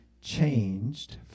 changed